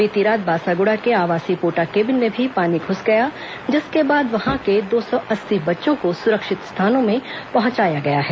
बीती रात बासागुड़ा के आवासीय पोटाकेबिन में भी पानी घुस गया जिसके बाद वहां के दो सौ अस्सी बच्चों को सुरक्षित स्थानों में पहुंचाया गया है